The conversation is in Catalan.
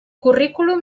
currículum